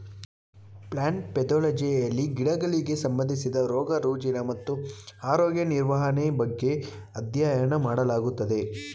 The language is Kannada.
ಪ್ಲಾಂಟ್ ಪೆದೊಲಜಿಯಲ್ಲಿ ಗಿಡಗಳಿಗೆ ಸಂಬಂಧಿಸಿದ ರೋಗ ರುಜಿನ ಮತ್ತು ಆರೋಗ್ಯ ನಿರ್ವಹಣೆ ಬಗ್ಗೆ ಅಧ್ಯಯನ ಮಾಡಲಾಗುತ್ತದೆ